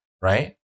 Right